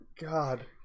God